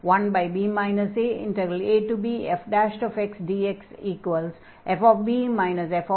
1b aabfxdxfb fab af